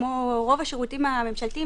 כמו רוב השירותים הממשלתיים,